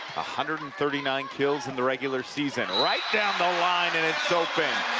hundred and thirty nine kills in the regular season. right down the line, and it's open.